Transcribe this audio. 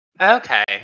Okay